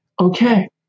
okay